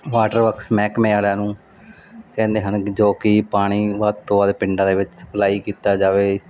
water box ਮਹਿਕਮੇ ਵਾਲਿਆਂ ਨੂੰ ਕਹਿੰਦੇ ਹਨ ਜੋ ਕਿ ਪਾਣੀ ਵੱਧ ਤੋਂ ਵੱਧ ਪਿੰਡਾਂ ਦੇ ਵਿੱਚ ਸਪਲਾਈ ਕੀਤਾ ਜਾਵੇ